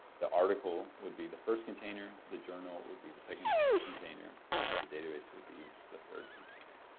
the article would be the first container, the journal would be the second container, and the database would be the third container.